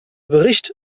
bericht